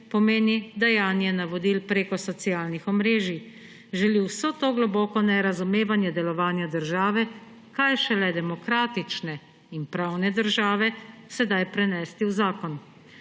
pomeni dajanje navodil preko socialnih omrežij, želi vso to globoko nerazumevanje delovanja države, kaj šele demokratične in pravne države, sedaj prenesti v zakon.